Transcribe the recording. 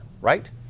right